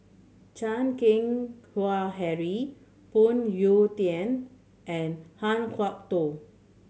Chan Keng Howe Harry Phoon Yew Tien and Han Kwok Toh